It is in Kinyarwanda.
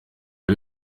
ari